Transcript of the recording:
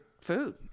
food